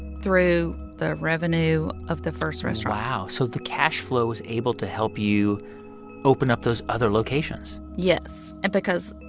through the revenue of the first restaurant wow. so the cash flow was able to help you open up those other locations yes. and because,